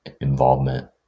involvement